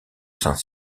saint